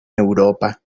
europa